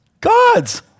God's